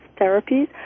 Therapies